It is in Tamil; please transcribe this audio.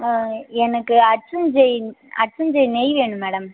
ஆ எனக்கு ஹட்சன் ஜெய் ஹட்சன் ஜெய் நெய் வேணும் மேடம்